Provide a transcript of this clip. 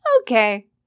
Okay